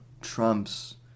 Trump's